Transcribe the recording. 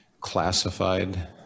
classified